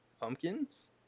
pumpkins